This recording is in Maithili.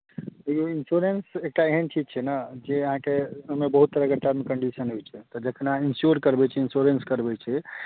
देखियौ इन्स्योरेन्स एकटा एहन चीज छै ने जे अहाँकेँ ओहिमे बहुत तरहके टर्म कंडीशन होइत छै तऽ जखन अहाँ इन्स्योर करबैत छियै इन्स्योरेन्स करबैत छियै